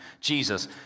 Jesus